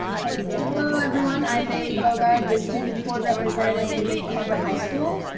hello everyone. i'm baylee bogard, the student board representative from newport harbor high school.